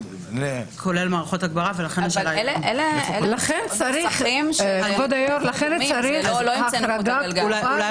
אלה הנוסחים המקובלים, לא המצאנו את הגלגל.